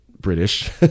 British